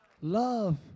Love